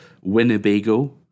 Winnebago